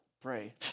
pray